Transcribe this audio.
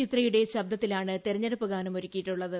ചിത്രിയുടെ ശബ്ദത്തിലാണ് തെരഞ്ഞെടുപ്പ് ഗാനം ഒരുക്കിയിട്ടുള്ളത്